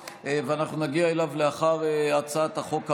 ואנחנו נגיע אליו לאחר הצעת החוק הבאה,